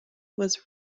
was